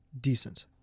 Decent